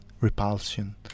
repulsion